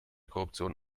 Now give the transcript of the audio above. korruption